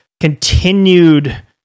continued